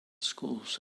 schools